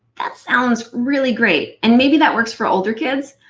that sounds really great, and maybe that works for older kids,